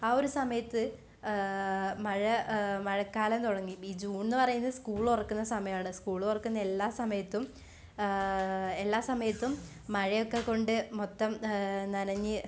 ആ ഒരു സമയത്ത് മഴ മഴക്കാലം തുടങ്ങി ഈ ജൂണെന്ന് പറയുന്നത് സ്കൂള് തുറക്കുന്ന സമയമാണ് സ്കൂള് തുറക്കുന്ന എല്ലാസമയത്തും എല്ലാസമയത്തും മഴയൊക്കെ കൊണ്ട് മൊത്തം നനഞ്ഞ്